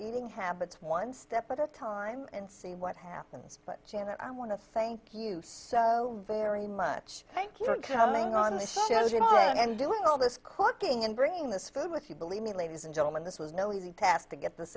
eating habits one step at a time and see what happens but janet i want to thank you so very much thank you for coming on the show and doing all this cooking and bringing this food with you believe me ladies and gentlemen this was no easy task to get this